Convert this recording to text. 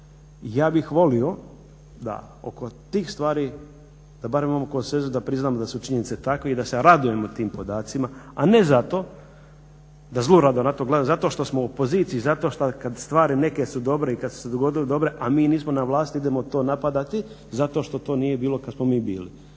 Ja bih volio da oko tih stvari da barem imamo konsenzus da priznamo da su činjenice takve i da se radujemo tim podacima a ne zato da …/Govornik se ne razumije./… na to gledamo zato što smo u …/Govornik se ne razumije./… zato što kada stvari neke su dobre i kada su se dogodile dobre a mi nismo na vlasti idemo to napadati zato što to nije bilo kada smo mi bili.